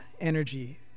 energy